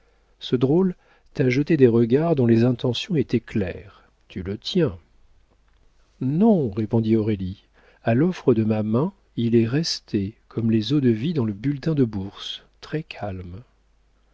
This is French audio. ce drôle t'a jeté des regards dont les intentions étaient claires tu le tiens non répondit aurélie à l'offre de ma main il est resté comme les eaux de vie dans le bulletin de la bourse très calme